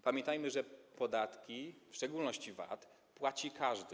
Pamiętajmy, że podatki, w szczególności VAT, płaci każdy.